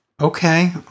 Okay